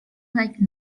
like